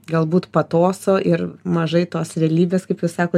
galbūt patoso ir mažai tos realybės kaip jūs sako